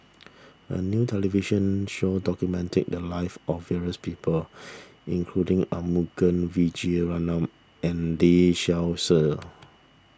a new television show documented the lives of various people including Arumugam Vijiaratnam and Lee Seow Ser